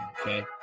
Okay